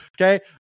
Okay